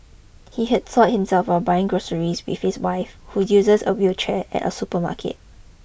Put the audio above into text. he had soiled himself while buying groceries with his wife who uses a wheelchair at a supermarket